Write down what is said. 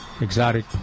exotic